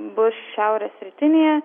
bus šiaurės rytinėje